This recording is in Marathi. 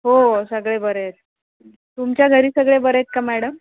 हो सगळे बरे आहेत तुमच्या घरी सगळे बरे आहेत का मॅडम